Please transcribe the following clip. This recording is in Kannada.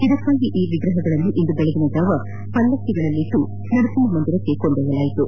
ಇದಕ್ಷಾಗಿ ಈ ವಿಗ್ರಹಗಳನ್ನು ಇಂದು ಬೆಳಗಿನ ಜಾವ ಪಲಕ್ಕಿಗಳಲ್ಲಿರಿಸಿ ನರಸಿಂಹ ಮಂದಿರಕ್ಕೆ ಕೊಂಡೊಯ್ಲಲಾಯಿತು